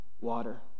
water